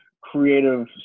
creative